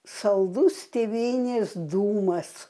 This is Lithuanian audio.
saldus tėvynės dūmas